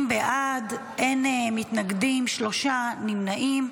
20 בעד, אין מתנגדים, שלושה נמנעים.